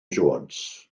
jones